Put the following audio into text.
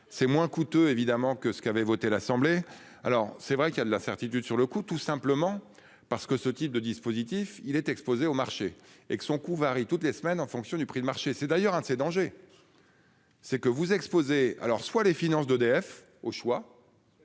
c'est moins coûteux. Évidemment que ce qu'avait voté l'Assemblée. Alors c'est vrai qu'il y a de l'incertitude sur le coup. Tout simplement parce que ce type de dispositif il est exposé au marché et que son coût varie toutes les semaines en fonction du prix de marché. C'est d'ailleurs un de ces dangers. C'est que vous exposez alors soit les finances d'EDF au choix.